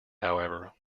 however